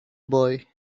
boy